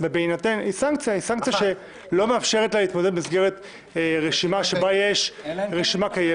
שהיא לא הייתה יכולה להתמודד עם רשימה קיימת.